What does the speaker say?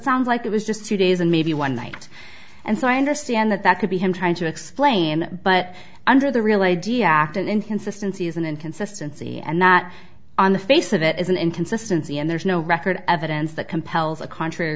sounds like it was just two days and maybe one night and so i understand that that could be him trying to explain but under the real idea act an inconsistency is an inconsistency and not on the face of it is an inconsistency and there's no record evidence that compels a contrary